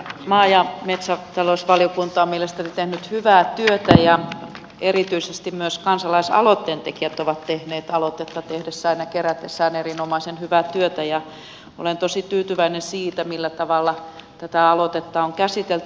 maa ja metsätalousvaliokunta on mielestäni tehnyt hyvää työtä ja erityisesti myös kansalaisaloitteen tekijät ovat tehneet aloitetta tehdessään ja kerätessään erinomaisen hyvää työtä ja olen tosi tyytyväinen siihen millä tavalla tätä aloitetta on käsitelty